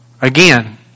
again